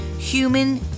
human